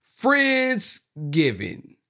Friendsgiving